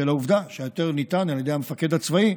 בשל העובדה שההיתר ניתן על ידי המפקד הצבאי,